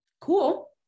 Cool